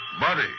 Buddy